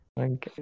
Thank